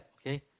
okay